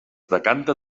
decanta